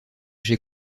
j’ai